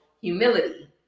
humility